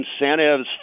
incentives